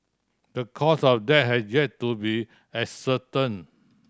the cause of death has yet to be ascertained